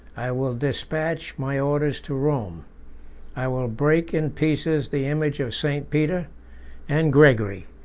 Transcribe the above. i will despatch my orders to rome i will break in pieces the image of st. peter and gregory,